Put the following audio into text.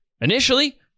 Initially